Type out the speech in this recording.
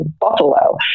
Buffalo